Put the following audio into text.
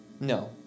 No